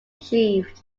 achieved